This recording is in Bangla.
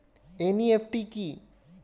এন.ই.এফ.টি কি?